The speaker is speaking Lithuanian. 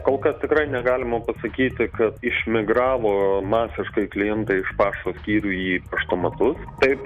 kol kas tikrai negalima pasakyti kad išmigravo masiškai klientai iš pašto skyrių į paštomatus taip